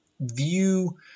view